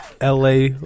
LA